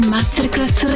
Masterclass